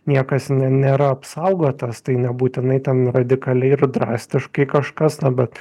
niekas ne nėra apsaugotas tai nebūtinai ten radikaliai ir drastiškai kažkas bet